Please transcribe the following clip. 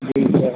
ठीक है